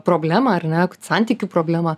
problemą ar ne santykių problemą